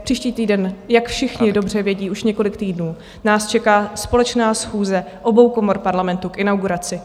Příští týden, jak všichni dobře vědí už několik týdnů, nás čeká společná schůze obou komor Parlamentu k inauguraci.